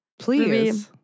Please